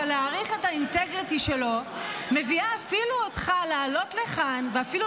אבל להעריך את האינטגריטי שלו מביא אפילו אותך לעלות לכאן ואפילו